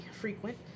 frequent